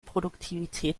produktivität